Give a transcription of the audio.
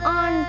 on